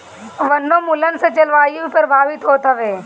वनोंन्मुलन से जलवायु भी प्रभावित होत हवे